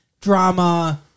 drama